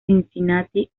cincinnati